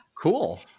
Cool